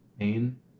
Pain